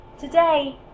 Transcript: Today